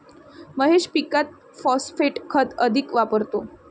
महेश पीकात फॉस्फेट खत अधिक वापरतो